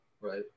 right